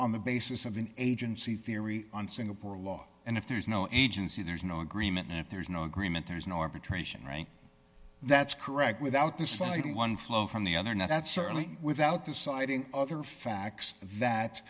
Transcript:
on the basis of an agency theory on singapore law and if there is no agency there's no agreement and if there is no agreement there is no arbitration right that's correct without the citing one flow from the other now that certainly without the citing other facts that